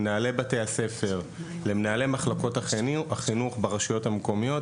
למנהלי בתי הספר ולמנהלי מחלקות החינוך ברשויות המקומיות,